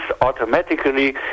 automatically